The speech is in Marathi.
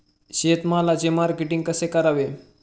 शेतमालाचे मार्केटिंग कसे करावे?